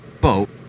boat